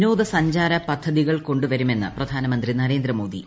വിനോദ സഞ്ചാര പദ്ധതികൾ കൊണ്ടുവരുമെന്ന് പ്രധാനമന്ത്രി നരേന്ദ്ര മോദി